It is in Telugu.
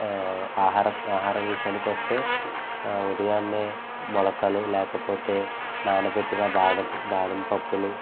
ఆహార ఆహార విషయానికొస్తే ఉదయాన్నే మొలకలు లేకపోతే నానబెట్టిన బాదపు బాదం పప్పులు